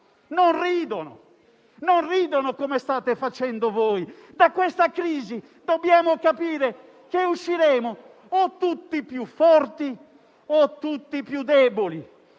settimana; non ridono come state facendo voi. Da questa crisi dobbiamo capire che usciremo tutti più forti oppure tutti più deboli.